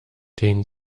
den